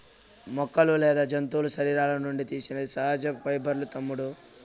మొక్కలు లేదా జంతువుల శరీరాల నుండి తీసినది సహజ పైబర్లూ తమ్ముడూ